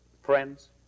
friends